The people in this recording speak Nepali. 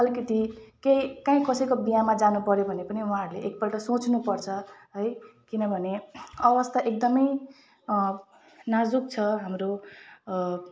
अलिकिति केही काहीँ कसैको बिहामा जानु पऱ्यो भने पनि उहाँहरूले एक पल्ट सोच्नु पर्छ है किनभने अवस्था एकदमै नाजुक छ हाम्रो